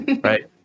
right